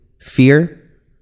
fear